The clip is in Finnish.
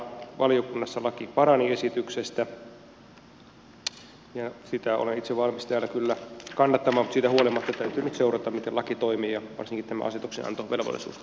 valiokunnassa laki parani esityksestä ja sitä olen itse valmis täällä kyllä kannattamaan mutta siitä huolimatta täytyy nyt seurata miten laki ja varsinkin tämä asetuksenantovelvollisuus toimivat käytännössä